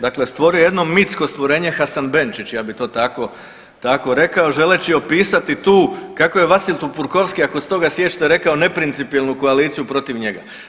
Dakle, stvorio je jedno mitsko stvorenje Hasanbenčić ja to tako, tako rekao želeći opisati tu kako je Vasil Tupurkovski ako se toga sjećate rekao neprincipijelnu koaliciju protiv njega.